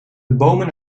bomen